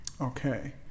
Okay